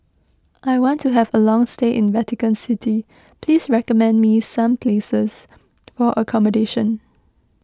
I want to have a long stay in Vatican City please recommend me some places for accommodation